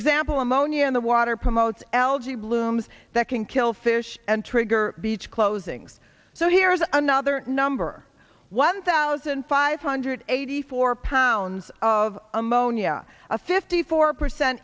example ammonia in the water promotes algae blooms that can kill fish and trigger beach closings so here is another number one thousand five hundred eighty four pounds of ammonia a fifty four percent